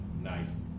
nice